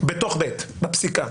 בתוך (ב), בפסיקה.